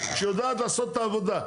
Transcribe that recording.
שיודעת לעשות את העבודה,